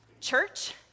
Church